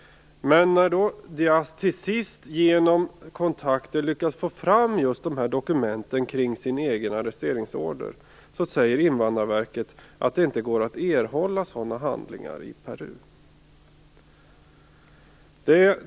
Men när Diaz till sist, genom kontakter, lyckas få fram just dokumenten kring sin egen arresteringsorder, säger Invandrarverket att det inte går att erhålla sådana handlingar i Peru.